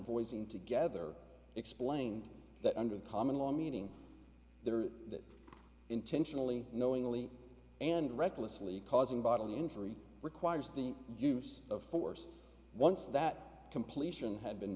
invoicing together explained that under the common law meaning there that intentionally knowingly and recklessly causing bodily injury requires the use of force once that completion had been